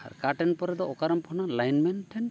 ᱟᱨ ᱠᱟᱴᱮᱱ ᱯᱚᱨᱮ ᱫᱚ ᱚᱠᱟᱨᱮᱢ ᱯᱷᱳᱱᱟ ᱞᱟᱭᱤᱱ ᱢᱮᱱ ᱴᱷᱮᱱ